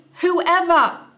whoever